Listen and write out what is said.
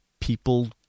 people